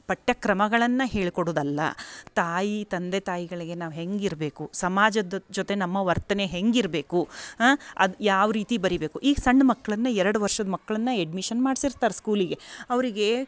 ಪಠ್ಯಕ್ರಮಗಳನ್ನು ಹೇಳ್ಕೊಡುದಲ್ಲ ತಾಯಿ ತಂದೆ ತಾಯಿಗಳಿಗೆ ನಾವು ಹೆಂಗೆ ಇರಬೇಕು ಸಮಾಜದ ಜೊತೆ ನಮ್ಮ ವರ್ತನೆ ಹೆಂಗೆ ಇರಬೇಕು ಅದು ಯಾವ ರೀತಿ ಬರಿಬೇಕು ಈಗ ಸಣ್ಣ ಮಕ್ಕಳನ್ನು ಎರಡು ವರ್ಷದ ಮಕ್ಕಳನ್ನು ಅಡ್ಮಿಷನ್ ಮಾಡ್ಸಿರ್ತಾರೆ ಸ್ಕೂಲಿಗೆ ಅವರಿಗೆ